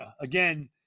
Again